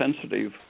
sensitive